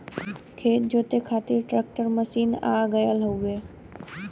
खेत जोते खातिर ट्रैकर मशीन आ गयल हउवे